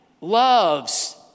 loves